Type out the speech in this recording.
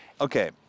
Okay